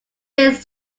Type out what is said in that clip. based